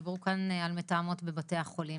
דיברו כאן על מתאמות בבתי החולים.